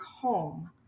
home